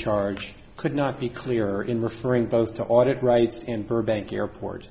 charge could not be clearer in referring both to audit rights and burbank airport